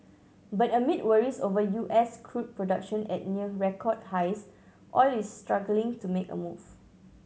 but amid worries over U S crude production at near record highs oil is struggling to make a move